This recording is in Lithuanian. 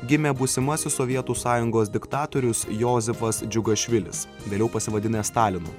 gimė būsimasis sovietų sąjungos diktatorius jozifas džiugašvilis vėliau pasivadinęs stalinu